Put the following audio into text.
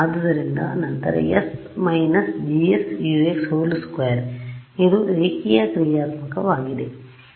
ಆದ್ದರಿಂದ ನಂತರ ||s − GS Ux||2 ಇದು ರೇಖೀಯ ಕ್ರಿಯಾತ್ಮಕವಾಗಿದೆ linear functional